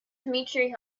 dmitry